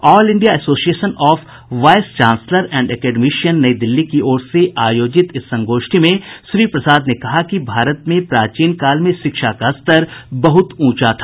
all India association of vice chancellor and academician नई दिल्ली की ओर से आयोजित इस संगोष्ठी में श्री प्रसाद ने कहा भारत में प्राचीन काल में शिक्षा का स्तर बहुत ऊंचा था